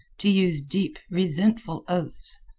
to use deep, resentful oaths.